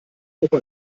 opa